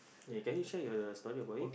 yeah can you share your story about it